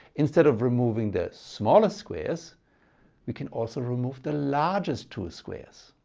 instead of removing the smaller squares we can also remove the largest two squares.